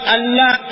Allah